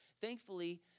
Thankfully